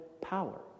power